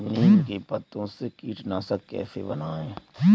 नीम के पत्तों से कीटनाशक कैसे बनाएँ?